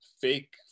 fake